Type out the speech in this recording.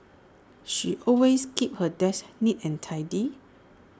she always keeps her desk neat and tidy